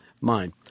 mind